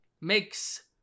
makes